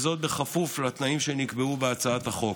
בכפוף לתנאים שנקבעו בהצעת החוק.